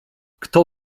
kto